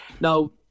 Now